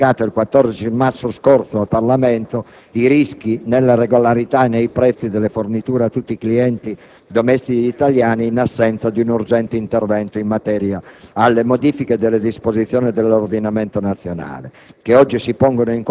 inoltre, ha comunicato il 14 maggio scorso al Parlamento i rischi nella regolarità e nei prezzi delle forniture a tutti i clienti domestici italiani, in assenza di un urgente intervento in merito alla modifica delle disposizioni dell'ordinamento nazionale